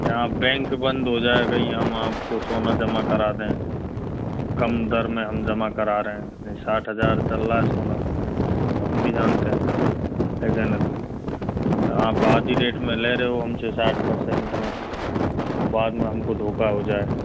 के हाँ बैंक बंद हो जाये कहीं हम आपको सोना जमा करा दें कम दर में हम जमा करा रहे हैं साठ हजार चल रहा सोना तो हम भी जानते हैं लेकिन आप आधी रेट में ले रहे हो हम से साठ परसेंट में है वो बाद में हमको धोखा हो जाए